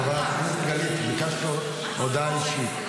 חברת הכנסת גלית, ביקשת הודעה אישית.